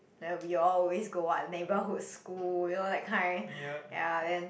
then we always go what neighbourhood school you know that kind ya then